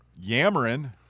yammering